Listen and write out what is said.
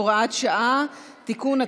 הוראת שעה) (תיקון),